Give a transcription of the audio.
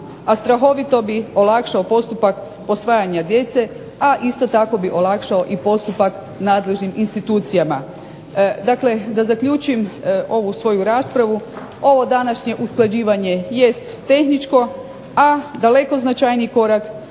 a strahovito bi olakšao postupak posvajanja djece, a isto tako bi olakšao postupak nadležnim institucijama. Dakle, da zaključim ovu svoju raspravu, ovo današnje usklađivanje jest tehničko, a daleko značajniji korak